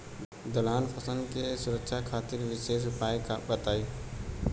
दलहन फसल के सुरक्षा खातिर विशेष उपाय बताई?